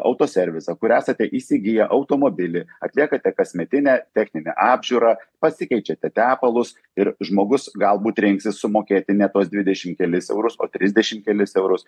autoservisą kur esate įsigiję automobilį atliekate kasmetinę techninę apžiūrą pasikeičiate tepalus ir žmogus galbūt rinksis sumokėti ne tuos dvidešim kelis eurus o trisdešim kelis eurus